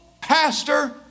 pastor